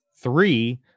three